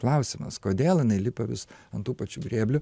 klausimas kodėl jinai lipa vis ant tų pačių grėblių